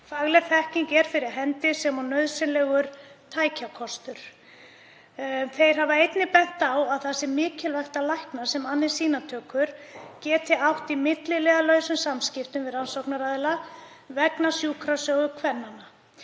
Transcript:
Fagleg þekking er fyrir hendi sem og nauðsynlegur tækjakostur. Þeir hafa einnig bent á að það sé mikilvægt að læknar sem annast sýnatökur geti átt í milliliðalausum samskiptum við rannsóknaraðila vegna sjúkrasögu kvennanna.